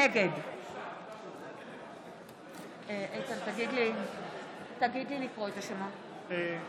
נגד נא לקרוא בשמות אלה